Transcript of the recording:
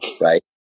right